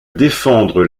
défendre